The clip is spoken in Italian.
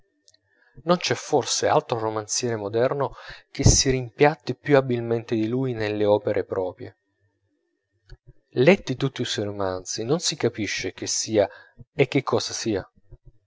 non c'è forse altro romanziere moderno che si rimpiatti più abilmente di lui nelle opere proprie letti tutti i suoi romanzi non si capisce chi sia e che cosa sia